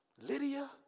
Lydia